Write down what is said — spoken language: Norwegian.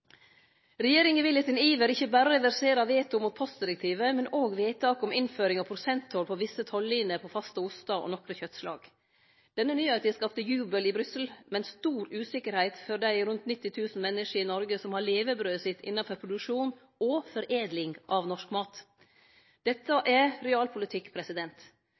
Regjeringa vil i sin iver ikkje berre reversere veto mot postdirektivet, men òg vedtaket om innføring av prosenttoll på visse toll-liner på faste ostar og nokre kjøttslag. Denne nyheita har skapt jubel i Brussel, men stor usikkerheit for dei omlag 90 000 menneska i Noreg som har levebrødet sitt innanfor produksjon og foredling av norsk mat. Dette er realpolitikk.